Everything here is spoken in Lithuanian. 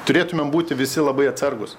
turėtumėm būti visi labai atsargūs